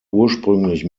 ursprünglich